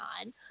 on